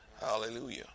Hallelujah